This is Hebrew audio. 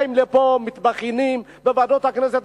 באים לפה, מתבכיינים בוועדות הכנסת,